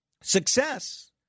success